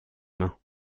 mains